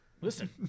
Listen